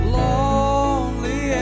lonely